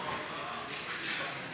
2 לא נתקבלה.